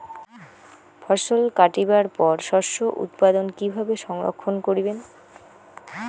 ফছল কাটিবার পর শস্য উৎপাদন কিভাবে সংরক্ষণ করিবেন?